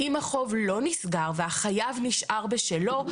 אם החוב לא נסגר והחייב נשאר בשלו,